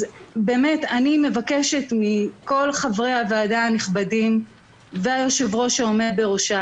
אני מבקשת מכל חברי הוועדה הנכבדים והיושב-ראש שעומד בראש,